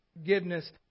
forgiveness